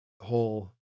whole